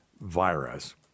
virus